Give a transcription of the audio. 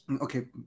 okay